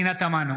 פנינה תמנו,